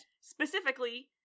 specifically